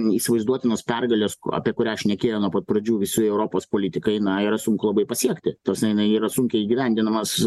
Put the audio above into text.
įsivaizduotinos pergalės apie kurią šnekėjo nuo pat pradžių visi europos politikai na ir sunku labai pasiekti ta prasme jinai yra sunkiai įgyvendinamas